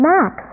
Max